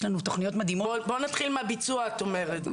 יש לנו תוכניות מדהימות --- בואו נתחיל מהביצוע את אומרת.